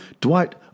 Dwight